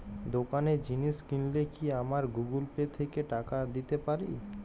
দোকানে জিনিস কিনলে কি আমার গুগল পে থেকে টাকা দিতে পারি?